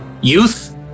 youth